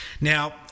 Now